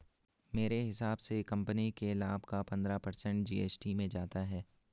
मेरे हिसाब से कंपनी के लाभ का पंद्रह पर्सेंट जी.एस.टी में जाता है